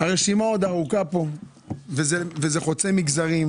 הרשימה ארוכה פה וזה חוצה מגזרים.